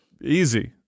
Easy